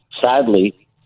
sadly